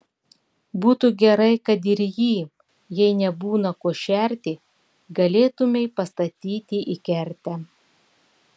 būtų gerai kad ir jį jei nebūna kuo šerti galėtumei pastatyti į kertę